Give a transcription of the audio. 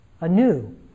anew